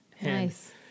Nice